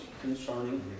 concerning